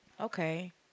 okay